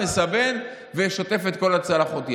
מסבן ושוטף את כל הצלחות יחד,